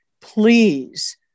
please